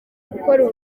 gukora